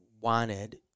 wanted